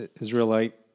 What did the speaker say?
Israelite